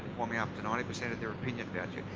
forming up to ninety percent of their opinion about you.